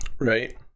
right